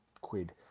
quid